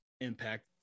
impact